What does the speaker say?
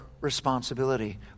responsibility